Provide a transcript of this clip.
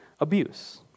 abuse